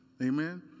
Amen